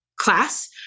class